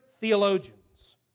theologians